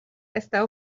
esta